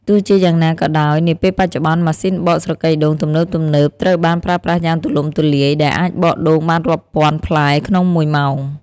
ទោះជាយ៉ាងណាក៏ដោយ នាពេលបច្ចុប្បន្ន ម៉ាស៊ីនបកស្រកីដូងទំនើបៗត្រូវបានប្រើប្រាស់យ៉ាងទូលំទូលាយ ដែលអាចបកដូងបានរាប់ពាន់ផ្លែក្នុងមួយម៉ោង។